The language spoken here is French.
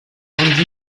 andy